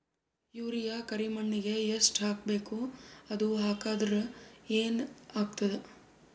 Urea ಕರಿಮಣ್ಣಿಗೆ ಎಷ್ಟ್ ಹಾಕ್ಬೇಕ್, ಅದು ಹಾಕದ್ರ ಏನ್ ಆಗ್ತಾದ?